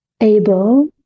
able